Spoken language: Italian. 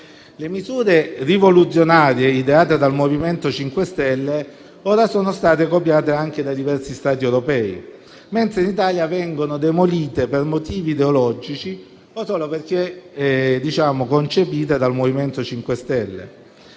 Le misure rivoluzionarie ideate dal MoVimento 5 Stelle ora sono state copiate anche da diversi Stati europei, mentre in Italia vengono demolite per motivi ideologici o solo perché concepite dal MoVimento 5 Stelle.